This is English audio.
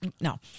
No